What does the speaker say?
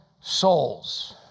souls